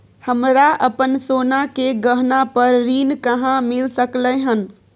हमरा अपन सोना के गहना पर ऋण कहाॅं मिल सकलय हन?